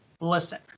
Listen